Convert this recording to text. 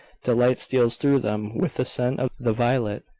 delight steals through them with the scent of the violet,